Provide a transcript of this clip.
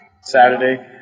Saturday